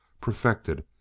perfected